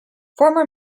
former